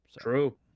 true